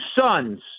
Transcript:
sons